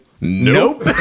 nope